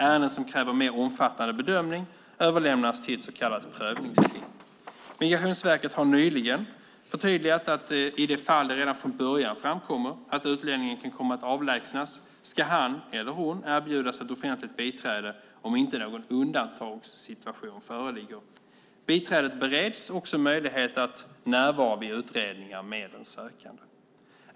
Ärenden som kräver mer omfattande bedömning överlämnas till ett så kallat prövningsteam. Migrationsverket har nyligen förtydligat att i de fall det redan från början framkommer att utlänningen kan komma att avlägsnas ska han eller hon erbjudas ett offentligt biträde om inte någon undantagssituation föreligger. Biträdet bereds också möjlighet att närvara vid utredningar med den sökande.